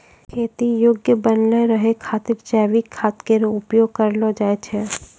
खेती योग्य बनलो रहै खातिर जैविक खाद केरो उपयोग करलो जाय छै